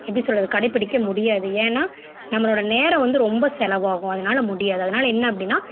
எப்படி சொல்வது கடைப்பிடிக்க முடியாது ஏன்னால் நம்மளோட நேரம் வந்து ரொம்ப செலவாகும் அதனால முடியாது அதனால என்ன அப்படின்னா